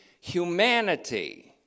humanity